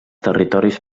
territoris